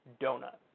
Donut